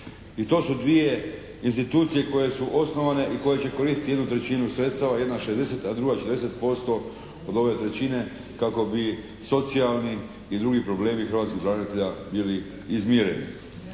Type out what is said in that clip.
I to su dvije institucije koje su osnovane i koje će koristiti 1/3 sredstava. Jedna 60 a druga 40% od ove trećine kako bi socijalni i drugi problemi hrvatskih branitelja bili izmireni.